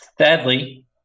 sadly